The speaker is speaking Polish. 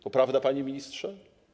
To prawda, panie ministrze?